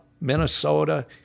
Minnesota